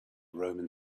roman